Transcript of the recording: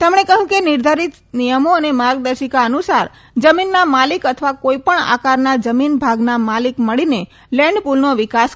તેમણે કહયું કે નિર્ધારીત નિયમો અને માર્ગદર્શિકા અનુસાર જમીનના માલિક અથવા કોઈપણ આકારના જમીન ભાગના માલિક મળીને લેન્ડ પુલનો વીકાસ કરી શકે છે